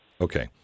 Okay